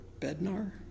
Bednar